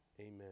amen